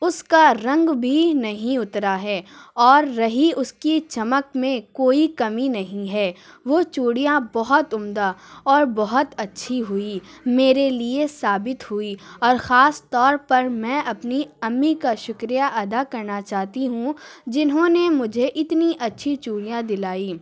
اس کا رنگ بھی نہیں اترا ہے اور رہی اس کی چمک میں کوئی کمی نہیں ہے وہ چوڑیاں بہت عمدہ اور بہت اچھی ہوئی میرے لیے ثابت ہوئیں اور خاص طور پر میں اپنی امی کا شکریہ ادا کرنا چاہتی ہوں جنہوں نے مجھے اتنی اچھی چوڑیاں دلائیں